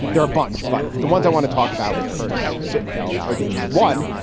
there are a bunch. but the ones i want to talk about with curtis sittenfeld are these one.